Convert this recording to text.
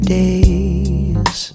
days